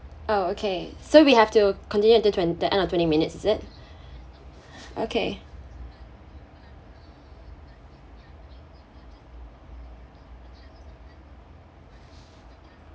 oh okay so we have to continue after twen~ the end of twenty minutes is it okay